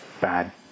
bad